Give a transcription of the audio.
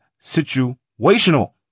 situational